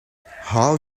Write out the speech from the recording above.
how